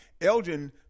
Elgin